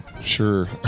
Sure